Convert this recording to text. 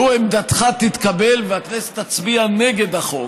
לו עמדתך תתקבל והכנסת תצביע נגד החוק,